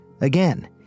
Again